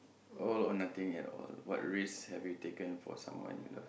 all or nothing at all what risk have you taken for someone you love